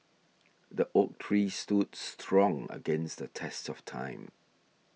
the oak tree stood strong against the test of time